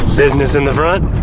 business in the front,